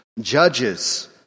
judges